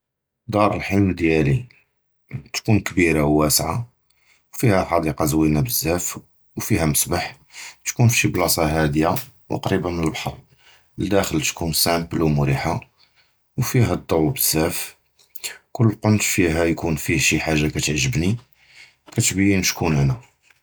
דַאר הַלְחְלַם דִיַּלִי תְקוּן קְבִירָה וְוַאְסְעָה וּפִיהָ חַדִיקָה זְווִינָה בְזַאפ וּפִיהָ מַסְבַּח, תְקוּן פִי שִי בְלַאסַה הַדִיָה וְקְרִיבַה מִן הַבַּחַר, הַדַاخֵל תְקוּן סַאמְבֵל וּמְרִיחָה וּפִיהָ הַדַּוּ בְזַאפ, כָּל קַנְת פִיה תְקוּן פִיהָ שִי חַאגָה קִתְעַגְ'בְנִי, תְקְבִּין שְקוּן אָנָא.